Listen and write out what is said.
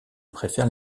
préfère